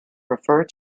refer